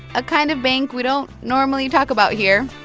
a kind of bank we don't normally talk about here,